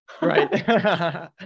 Right